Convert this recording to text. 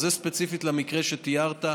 אז זה ספציפית למקרה שתיארת.